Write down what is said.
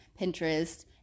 Pinterest